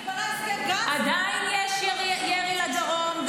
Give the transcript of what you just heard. עדיין יש ירי לדרום,